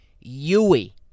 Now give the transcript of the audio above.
yui